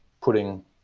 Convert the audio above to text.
putting